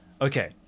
okay